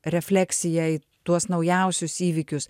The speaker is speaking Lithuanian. refleksija į tuos naujausius įvykius